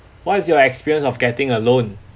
what is your experience of getting a loan